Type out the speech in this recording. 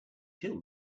till